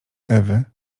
ewy